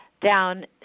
down